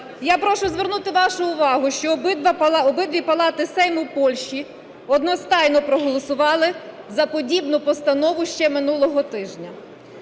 Я прошу звернути вашу увагу, що обидві палати Сейму Польщі одностайно проголосували за подібну постанову ще минулого тижня.